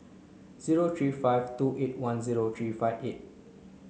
zero three five two eight one zero three five eight